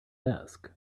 desk